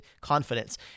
Confidence